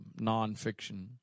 nonfiction